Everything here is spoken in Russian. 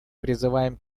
призываем